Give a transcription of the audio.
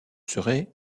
serai